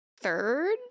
third